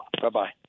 Bye-bye